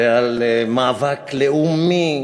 ומאבק לאומי.